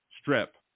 Strip